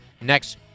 next